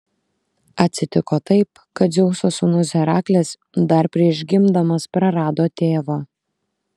atsitiko taip kad dzeuso sūnus heraklis dar prieš gimdamas prarado tėvą